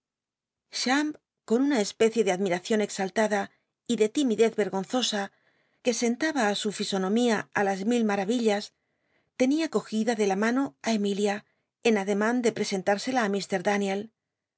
con una especie de admimcion exaltada y de tiruidez eq onzosa que sentaba ti su fisonomía á las mil mar illas tenia cogida de la mano ti emil ia en ademan de prcsenl